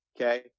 Okay